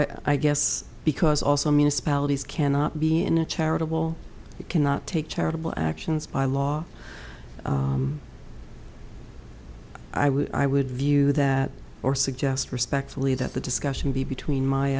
so i guess because also municipalities cannot be in a charitable cannot take charitable actions by law i would i would view that or suggest respectfully that the discussion be between m